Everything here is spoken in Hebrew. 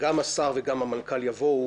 גם השר וגם המנכ"ל יבואו,